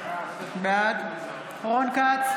בעד רון כץ,